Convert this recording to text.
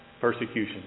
Persecution